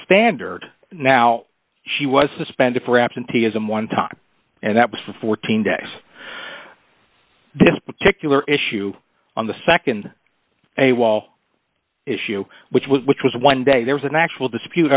standard now she was suspended for absenteeism one time and that was for fourteen days this particular issue on the nd a wall issue which was which was one day there was an actual dispute